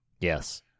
Yes